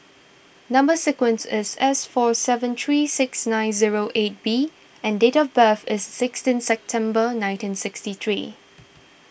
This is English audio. Number Sequence is S four seven three six nine zero eight B and date of birth is sixteen September nineteen sixty three